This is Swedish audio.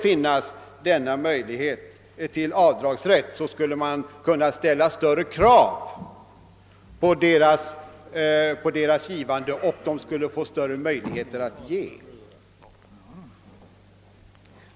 Om en avdragsrätt skulle finnas, kunde man ställa större krav på deras givande och de skulle också få större möjligheter att ge.